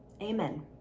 Amen